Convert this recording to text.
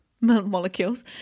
molecules